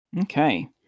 Okay